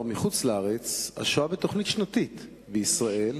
מחוץ-לארץ השוהה בתוכנית שנתית בישראל,